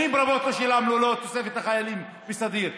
שנים רבות לא שילמנו תוספת לחיילים בסדיר.